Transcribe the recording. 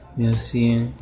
museum